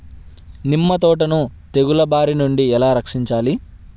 నిమ్మ తోటను తెగులు బారి నుండి ఎలా రక్షించాలి?